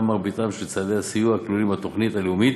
גם מרבית צעדי הסיוע הכלולים בתוכנית הלאומית